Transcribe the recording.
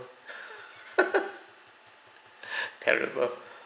terrible